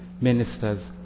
ministers